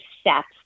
steps